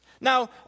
Now